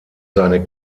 seine